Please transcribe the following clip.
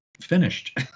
finished